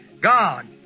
God